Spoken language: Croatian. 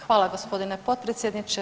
Hvala gospodine potpredsjedniče.